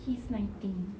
he's nineteen